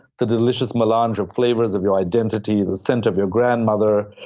the delicious melange and of flavors of your identity, the scent of your grandmother,